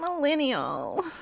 millennial